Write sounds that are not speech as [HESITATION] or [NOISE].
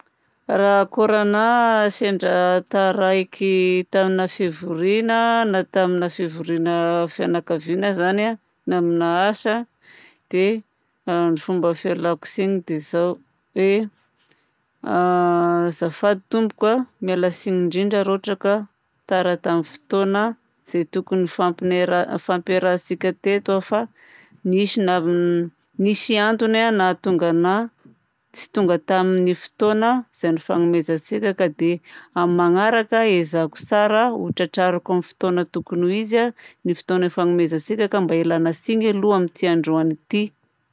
Raha kôranahy sendra taraiky tamina fivoriana, na tamina fivoriana fianakaviana zany na amina asa, dia ny fomba fialako tsiny dia izao, hoe: [HESITATION] azafady tompoko a, miala tsiny indrindra raha ohatra ka tara tamin'ny fotoana izay tokony nifampinera- nifampiarahantsika teto fa nisy na- nisy antony a nahatonga anahy tsy tonga tamin'ny fotoana izay nifanomezantsika ka dia amin'ny magnaraka hoezahako tsara hotratrariko amin'ny fotoana tokony ho izy a ny fotoana ifanomezantsika ka dia mba ialana tsiny aloha amin'ity androany ity.